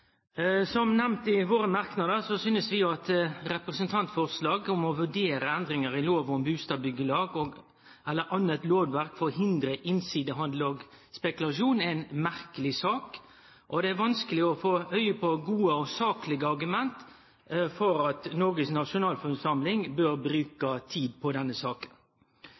Som nemnt i våre merknader, synest vi at representantforslaget om å vurdere endringar i lov om bustadbyggjelag eller anna lovverk for å hindre innsidehandel og spekulasjon er ei merkeleg sak. Det er vanskeleg å få auge på gode og saklege argument for at Noregs nasjonalforsamling bør bruke tid på denne saka.